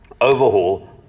overhaul